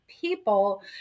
people